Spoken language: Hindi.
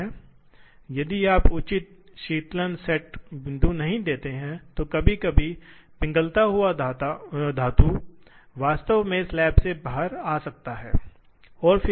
या आपके पास पूर्व संग्रहीत कार्यक्रम हो सकते हैं बस लोड करने की आवश्यकता है जो कि बहुत तेज संचालन है नुकसान निश्चित रूप से सटीकता लचीलेपन और सटीकता के नुकसान हैं इसी नुकसान एक हो सकता है एक लागत है इसलिए एक है ये मशीनें बहुत महंगी हैं और इनकी बहुत अधिक लागत और रखरखाव है